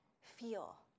feel